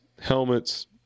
helmets